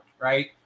right